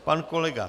Pan kolega